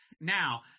Now